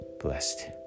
blessed